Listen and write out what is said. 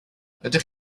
ydych